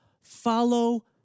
follow